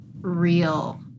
real